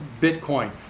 Bitcoin